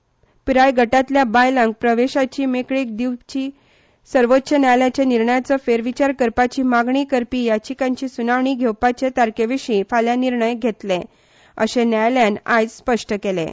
सबरीमाला देवळांत सगल्या पिरायेच्या गटांतल्या बायलांक प्रवेशाची मेकळीक दिवपी सर्वोच्च न्यायालयाच्या निर्णयाचो फेरविचार करपाची मागणी करपी याचिकेची सुनावणी घेवपाचे तारके विशीं फाल्यां निर्णय घेतले अशें न्यायालयान आयज स्पश्ट केलां